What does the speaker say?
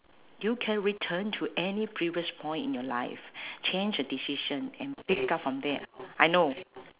you can return to any previous point in your life change a decision and pick up from there I know